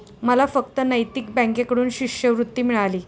मला फक्त नैतिक बँकेकडून शिष्यवृत्ती मिळाली